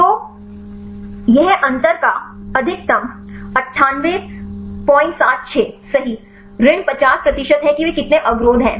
तो ये अंतर का अधिकतम 9876 सही ऋण 50 प्रतिशत है कि वे कितने अवरोध हैं